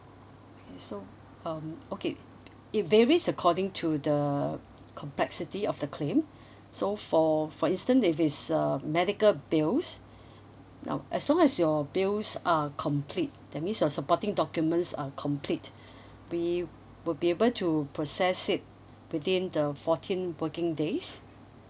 okay so um okay it varies according to the complexity of the claim so for for instance if it's um medical bills now as long as your bills are complete that means your supporting documents are complete we would be able to process it within the fourteen working days